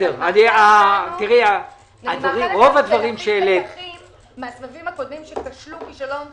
אני מאחלת שנפיק לקחים מהסבבים הקודמים שכשלו כישלון חרוץ.